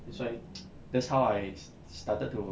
that's why that's how I started to